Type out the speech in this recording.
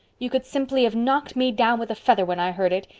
you could simply have knocked me down with a feather when i heard it.